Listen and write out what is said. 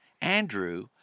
Andrew